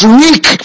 weak